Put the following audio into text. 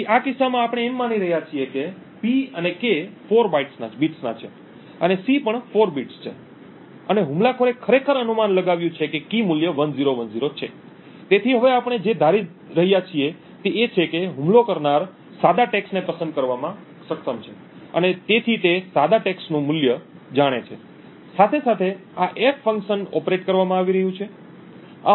તેથી આ કિસ્સામાં આપણે એમ માની રહ્યા છીએ કે P અને K 4 બિટ્સના છે અને C પણ 4 બિટ્સ છે અને હુમલાખોરે ખરેખર અનુમાન લગાવ્યું છે કે કી મૂલ્ય 1010 છે તેથી હવે આપણે જે ધારી રહ્યા છીએ તે એ છે કે હુમલો કરનાર સાદા ટેક્સ્ટને પસંદ કરવામાં સક્ષમ છે અને અને તેથી તે સાદા ટેક્સ્ટનું મૂલ્ય જાણે છે સાથે સાથે આ F ફંક્શન ઓપરેટ કરવામાં આવી રહ્યું છે